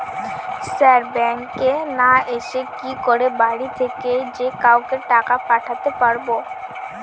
Sir ব্যাঙ্কে না এসে কি করে বাড়ি থেকেই যে কাউকে টাকা পাঠাতে পারবো?